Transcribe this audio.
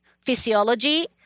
physiology